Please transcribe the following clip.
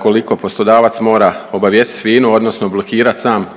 koliko poslodavac mora obavijestiti FINA-u odnosno blokirati sam